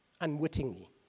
unwittingly